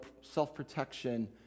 self-protection